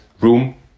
room